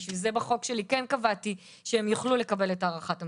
אבל בשביל זה בחוק שלי כן קבעתי שהם יוכלו לקבל את הערכת המסוכנות.